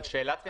אבל שאלת המשך,